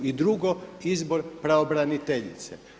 I drugo, izbor pravobraniteljice.